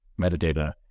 metadata